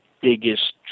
biggest